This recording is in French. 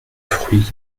fruits